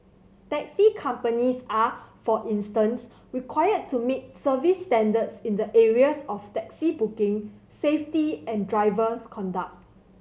taxi companies are for instance required to meet service standards in the areas of taxi booking safety and drivers conduct